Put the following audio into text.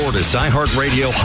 iHeartRadio